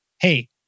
hey